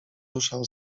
ruszał